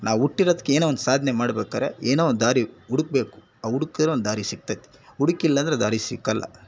ನಾವು ಹುಟ್ಟಿರೋದಕ್ಕೆ ಏನೋ ಒಂದು ಸಾಧನೆ ಮಾಡ್ಬೇಕಾದ್ರೆ ಏನೋ ಒಂದು ದಾರಿ ಹುಡುಕ್ಬೇಕು ಹುಡುಕಿದ್ರೆ ಒಂದು ದಾರಿ ಸಿಕ್ತೈತೆ ಹುಡುಕಿಲ್ಲ ಅಂದ್ರೆ ದಾರಿ ಸಿಕ್ಕೋಲ್ಲ